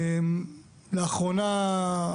לאחרונה,